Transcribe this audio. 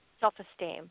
self-esteem